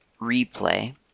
replay